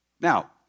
Now